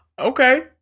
okay